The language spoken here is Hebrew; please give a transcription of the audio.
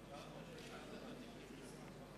(חותם על ההצהרה)